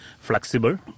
flexible